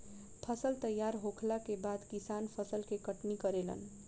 फसल तैयार होखला के बाद किसान फसल के कटनी करेलन